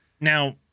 Now